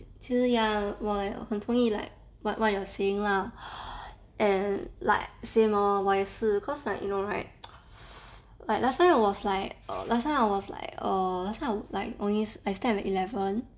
其实 ya 我很同意 like what what you are saying lah um like same lor 我也是 cause like you know right like last time I was like err last time I was like err last time I like always stay until eleven